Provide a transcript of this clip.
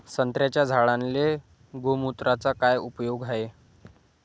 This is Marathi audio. संत्र्याच्या झाडांले गोमूत्राचा काय उपयोग हाये?